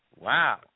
Wow